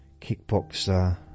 kickboxer